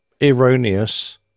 erroneous